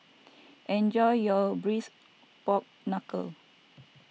enjoy your Braised Pork Knuckle